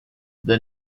the